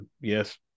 Yes